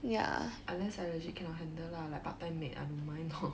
unless I legit cannot handle lah like part time maid I don't mind lor